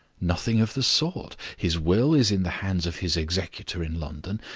nothing of the sort. his will is in the hands of his executor in london,